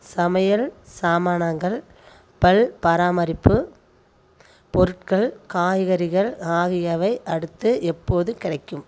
சமையல் சாமானங்கள் பல் பராமரிப்பு பொருட்கள் காய்கறிகள் ஆகியவை அடுத்து எப்போது கிடைக்கும்